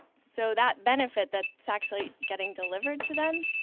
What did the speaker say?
so that benefit that's actually getting delivered to them,